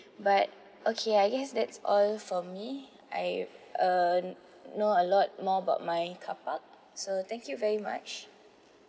but okay I guess that's all for me I uh know a lot more about my carpark so thank you very much